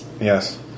Yes